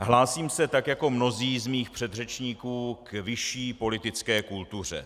Hlásím se, tak jako mnozí z mých předřečníků, k vyšší politické kultuře.